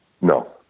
No